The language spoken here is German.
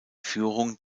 führung